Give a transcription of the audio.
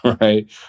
right